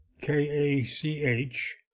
K-A-C-H